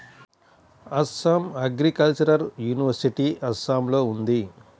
Assam agricultural university అస్సాంలో ఉంది